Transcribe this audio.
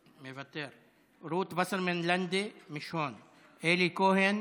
מוותר, רות וסרמן לנדה, מיש הון, אלי כהן,